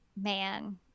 man